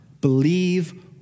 believe